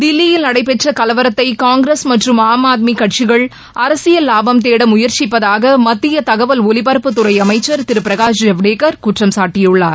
தில்லியில் நடைபெற்றகலவரத்தைகாங்கிரஸ் மற்றும் ஆம் ஆத்மிகட்சிகள் அரசியல் லாபம் தேடமுற்சிப்பதாகமத்தியதகவல் ஒலிபரப்புத்துறைஅமைச்சர் திருபிரகாஷ் ஜவடேக்கர் குற்றம்சாட்டியுள்ளார்